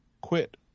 quit